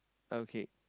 okay